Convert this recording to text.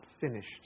finished